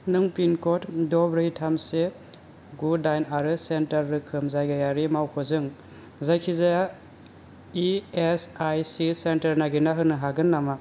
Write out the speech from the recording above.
नों पिनक'ड द' ब्रै थाम से गु दाइन आरो सेन्टार रोखोम जायगायारि मावख'जों जायखिजाया E S I C centre नागिरनो हागोन नामा